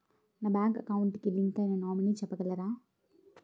నా bank account కి link అయినా నామినీ చెప్పగలరా?